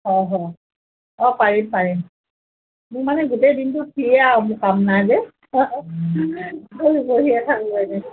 অঁ হয় অঁ পাৰিম পাৰিম মোৰ মানে গোটেই দিনটো ফ্ৰীয়ে আৰু মোৰ কাম নাই যে